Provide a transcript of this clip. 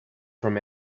from